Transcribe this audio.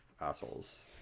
assholes